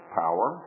power